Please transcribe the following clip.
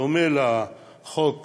בדומה לחוק